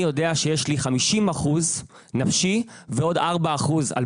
אני יודע שיש לי 50 אחוזי נפשי ועוד ארבעה אחוזים על